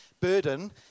burden